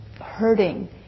hurting